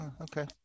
Okay